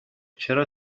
چرا